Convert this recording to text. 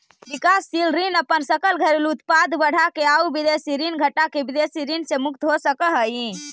विकासशील देश अपन सकल घरेलू उत्पाद बढ़ाके आउ विदेशी ऋण घटाके विदेशी ऋण से मुक्त हो सकऽ हइ